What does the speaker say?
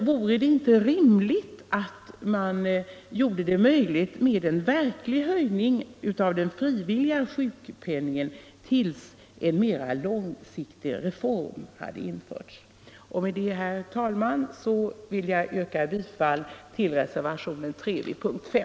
Vore det inte rimligt att man gjorde det möjligt att höja den frivilliga sjukpenningen tills en mera långsiktig reform har genomförts? Med detta vill jag, herr talman, yrka bifall till reservationen 3 vid punkten 5.